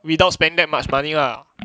without spend that much money lah